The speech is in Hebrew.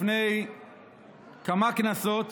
לפני כמה כנסות,